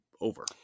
over